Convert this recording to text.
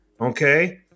okay